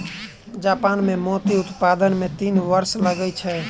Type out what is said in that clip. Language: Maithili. जापान मे मोती उत्पादन मे तीन वर्ष लगै छै